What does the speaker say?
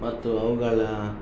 ಮತ್ತು ಅವುಗಳ